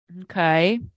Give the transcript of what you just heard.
Okay